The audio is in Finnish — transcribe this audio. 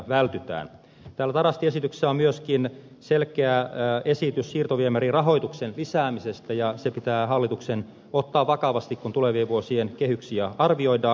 täällä tarastin esityksessä on myöskin selkeä esitys siirtoviemärirahoituksen lisäämisestä ja se pitää hallituksen ottaa vakavasti kun tulevien vuosien kehyksiä arvioidaan